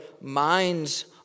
minds